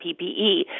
PPE